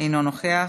אינו נוכח,